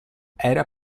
era